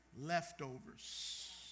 leftovers